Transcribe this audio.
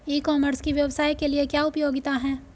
ई commerce की व्यवसाय के लिए क्या उपयोगिता है?